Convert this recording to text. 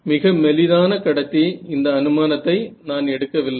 மிக மெலிதான கடத்தி இந்த அனுமானத்தை நான் எடுக்கவில்லை